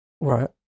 Right